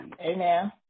Amen